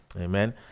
Amen